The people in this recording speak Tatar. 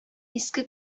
иске